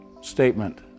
statement